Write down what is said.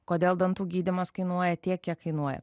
kodėl dantų gydymas kainuoja tiek kiek kainuoja